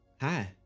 Hi